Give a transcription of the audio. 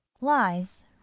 Lies